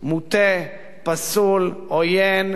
פסול, עוין באופן מוחלט,